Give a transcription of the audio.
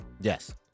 Yes